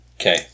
Okay